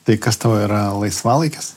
tai kas tau yra laisvalaikis